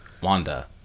Wanda